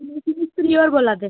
मिस्त्री होर बोल्ला दे